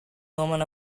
women